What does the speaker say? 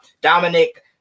Dominic